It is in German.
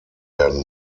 werden